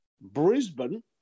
Brisbane